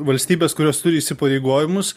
valstybes kurios turi įsipareigojimus